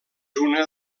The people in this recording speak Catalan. una